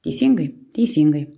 teisingai teisingai